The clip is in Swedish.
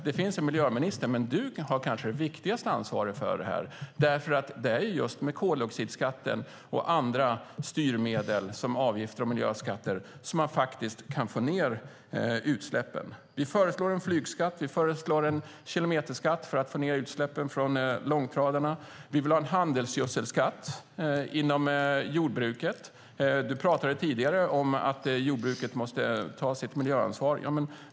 Det finns en miljöminister, men du har kanske det viktigaste ansvaret för detta. Det är just med koldioxidskatten och andra styrmedel, som avgifter och miljöskatter, som man faktiskt kan få ned utsläppen. Vi föreslår en flygskatt. Vi föreslår en kilometerskatt för att få ned utsläppen från långtradarna. Vi vill ha en handelsgödselskatt inom jordbruket. Finansministern pratade tidigare om att jordbruket måste ta sitt miljöansvar.